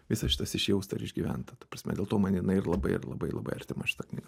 visas šitas išjausta ir išgyventa ta prasme dėl to man jinai labai labai labai artima šita knyga